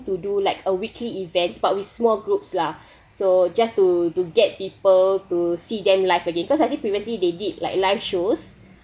to do like a weekly events but with small group lah so just to to get people to see them life again because I think previously they did like live shows